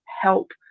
help